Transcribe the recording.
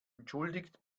entschuldigt